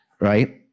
right